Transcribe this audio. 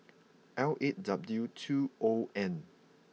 L eight W two O N